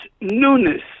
newness